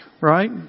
right